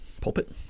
pulpit